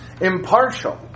impartial